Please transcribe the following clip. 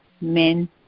men